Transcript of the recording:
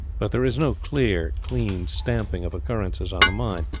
but there is no clear, clean stamping of occurrences on the mind.